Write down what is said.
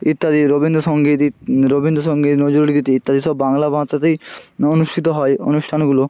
ইত্যাদি রবীন্দ্রসঙ্গীত ইত্ রবীন্দ্রসঙ্গীত নজরুলগীতি ইত্যাদি সব বাংলা ভাষাতেই অনুষ্ঠিত হয় অনুষ্ঠানগুলো